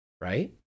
Right